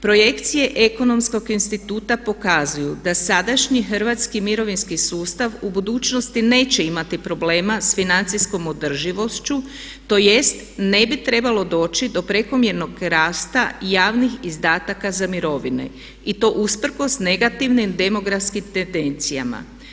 Projekcije Ekonomskog instituta pokazuju da sadašnji hrvatski mirovinski sustav u budućnosti neće imati problema s financijskom održivošću tj. ne bi trebalo doći do prekomjernog rasta javnih izdataka za mirovine i to usprkos negativnim demografskim tendencijama.